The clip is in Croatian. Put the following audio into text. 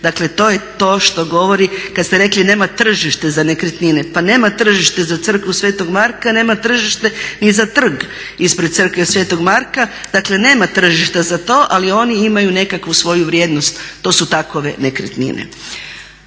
dakle to je to što govori kad ste rekli nema tržište za nekretnine. Pa nema tržište za crkvu sv. Marka, nema tržište ni za trg ispred crkve sv. Marka, dakle nema tržišta za to ali oni imaju nekakvu svoju vrijednost. To su takve nekretnine.